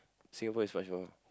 Singapore is much more